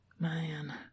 Man